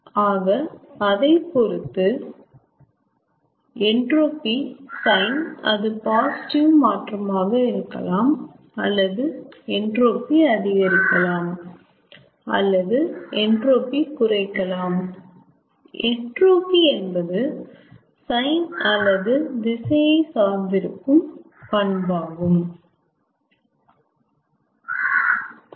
ஆக அதைப்பொறுத்து entropy sign அது பாசிட்டிவ் மாற்றமாக இருக்கலாம் அல்லது என்ட்ரோபி அதிகரிக்கலாம் அல்லது என்ட்ரோபி குறைக்கலாம் என்ட்ரோபி என்பது சைன் அல்லது திசையை சார்ந்து இருக்கும் பண்பு ஆகும் சரி